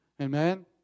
Amen